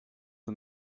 and